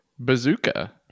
Bazooka